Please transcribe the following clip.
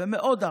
ומעוד ארצות,